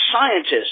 scientists